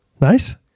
Nice